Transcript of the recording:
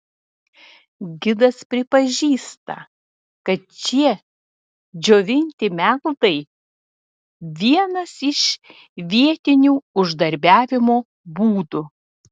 gidas pripažįsta kad šie džiovinti meldai vienas iš vietinių uždarbiavimo būdų